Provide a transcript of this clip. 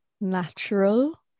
natural